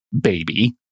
baby